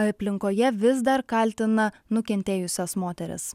aplinkoje vis dar kaltina nukentėjusias moteris